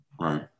right